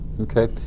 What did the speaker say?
Okay